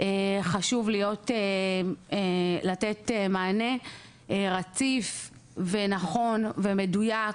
חשוב לתת מענה רציף ונכון ומדוייק